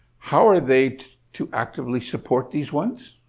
how are they to actively support these ones?